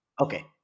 Okay